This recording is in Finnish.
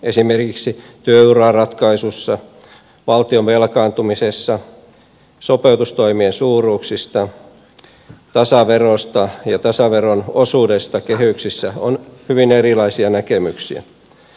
esimerkiksi työuraratkaisusta valtion velkaantumisesta sopeutustoimien suuruuksista tasaverosta ja tasaveron osuudesta kehyksissä on hyvin erilaisia näkemyksiä